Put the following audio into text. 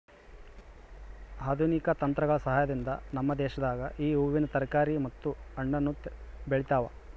ಆಧುನಿಕ ತಂತ್ರಗಳ ಸಹಾಯದಿಂದ ನಮ್ಮ ದೇಶದಾಗ ಈ ಹೂವಿನ ತರಕಾರಿ ಮತ್ತು ಹಣ್ಣನ್ನು ಬೆಳೆತವ